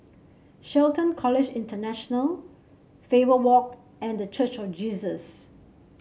Shelton College International Faber Walk and The Church of Jesus